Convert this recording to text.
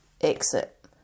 exit